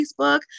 Facebook